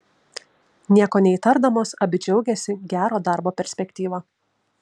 nieko neįtardamos abi džiaugėsi gero darbo perspektyva